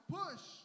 push